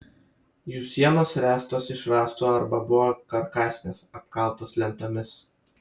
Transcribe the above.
jų sienos ręstos iš rąstų arba buvo karkasinės apkaltos lentomis